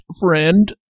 friend